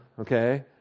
okay